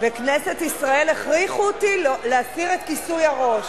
בכנסת ישראל הכריחו אותי להסיר את כיסוי הראש.